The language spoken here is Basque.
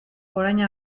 orain